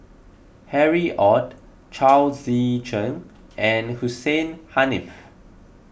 Harry Ord Chao Tzee Cheng and Hussein Haniff